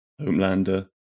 Homelander